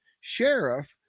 sheriff